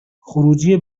خروجی